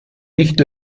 nicht